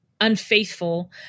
unfaithful